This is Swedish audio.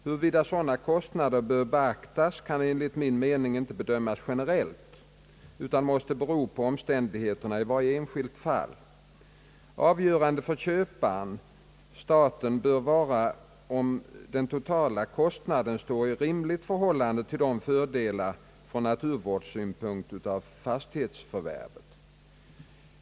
Huruvida sådana kostnader bör beaktas kan enligt min mening inte bedömas generellt utan måste bero på omständigheterna i varje enskilt fall. Avgörande för köparen—staten bör vara om den totala kostnaden står i rimligt förhållande till fördelarna från naturvårdssynpunkt av fastighetsförvärvet.